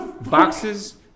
boxes